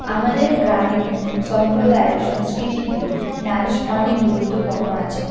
আমাদের গ্রামীণ সম্প্রদায় সংস্কৃতিতে নাচ অনেক গুরুত্বপূর্ণ আছে